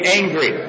angry